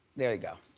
there you go,